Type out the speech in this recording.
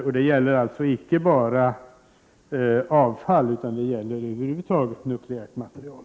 Jag syftar då inte bara på avfall utan över huvud taget på nukleärt material.